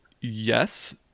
yes